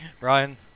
Ryan